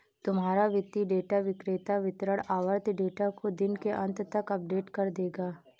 तुम्हारा वित्तीय डेटा विक्रेता वितरण आवृति डेटा को दिन के अंत तक अपडेट कर देगा